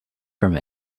from